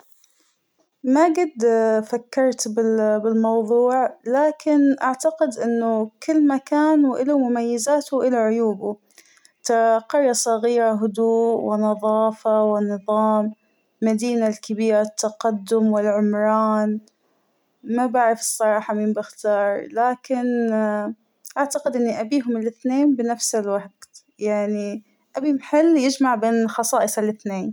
ما جت فكرت بال - بالموضوع ، لكن أعتقد أنه كل مكان وإله مميزاته وإله عيوبه ، ترى قرية صغيرة هدوء ونظافة ونظام ، المدينة الكبيرة التقدم والعمران ، ما بعرف الصراحة مين بختار ، لكن ااا أعتقد إنى أبيهم الأثنين بنفس الوقت ، يعنى أبى محل يجمع بين خصائص الاثنين.